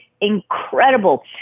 incredible